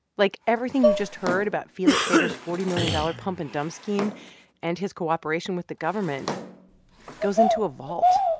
like, everything you just heard about felix sater's forty million dollars pump-and-dump scheme and his cooperation with the government goes into a vault.